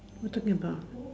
what talking about